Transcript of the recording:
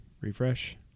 Refresh